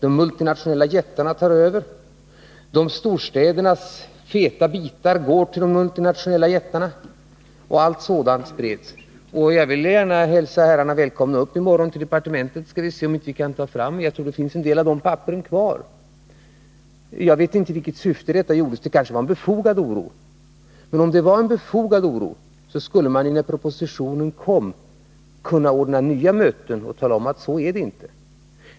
De multinationella jättarna tar över. Storstädernas feta bitar går till de multinationella jättarna.” Jag vill gärna hälsa herrarna välkomna upp till departementet i morgon, för där finns en del av dessa papper kvar. Jag vet inte i vilket syfte detta gjordes. Det kanske var en befogad oro då. Men om den var det, borde man när propositionen kom ha ordnat nya möten och talat om att så var det inte.